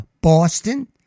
Boston